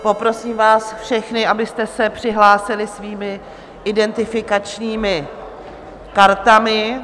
Poprosím vás všechny, abyste se přihlásili svými identifikačními kartami.